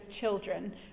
children